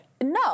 No